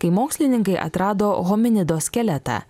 kai mokslininkai atrado hominido skeletą